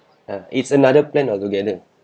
ah it's another plan altogether